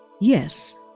Yes